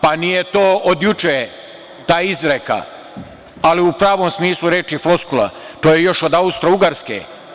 Pa, nije to od juče, ta izreka, ali u pravom smislu reči floskula, to je još od Austrougarske.